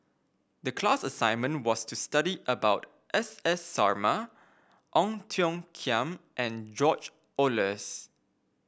the class assignment was to study about S S Sarma Ong Tiong Khiam and George Oehlers